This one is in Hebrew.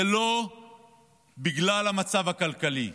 זה לא בגלל המצב הכלכלי.